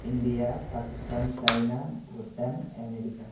India Pakistan China Bhutan America